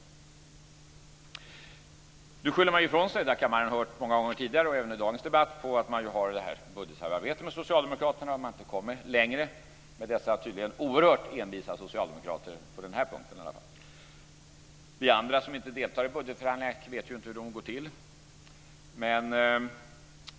Nu skyller man ifrån sig. Det har kammaren hört många gånger tidigare. I dagens debatt sägs att man har ett budgetsamarbete med socialdemokraterna och att man inte kommer längre med dessa tydligen oerhört envisa socialdemokrater, i varje fall på den här punkten. Vi andra som inte deltar i budgetförhandlingarna vet ju inte hur de går till.